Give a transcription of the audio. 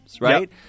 right